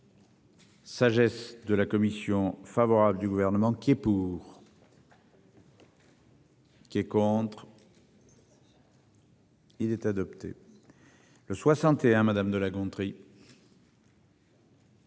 Sagesse de la commission favorable du gouvernement qui est pour. Qui est contre. Il est adopté. Le 61. Madame de La Gontrie.